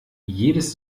jedes